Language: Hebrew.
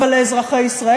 אבל לאזרחי ישראל?